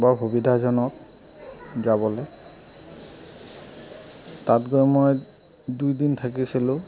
বৰ সুবিধাজনক যাবলৈ তাত গৈ মই দুই দিন থাকিছিলোঁ